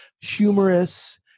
humorous